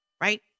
right